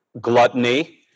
gluttony